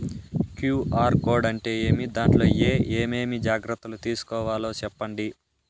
QR code అంటే ఏమి? దాంట్లో ఏ ఏమేమి జాగ్రత్తలు తీసుకోవాలో సెప్పండి?